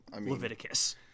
Leviticus